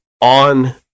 on